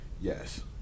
Yes